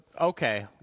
okay